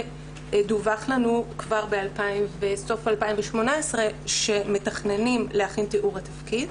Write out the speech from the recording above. דווח לנו כבר בסוף 2018 שמתכננים להכין את תיאור התפקיד.